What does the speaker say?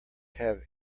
have